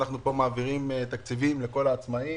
אנחנו מעבירים פה תקציבים לכל העצמאיים